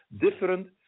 different